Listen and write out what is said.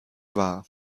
war